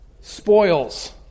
spoils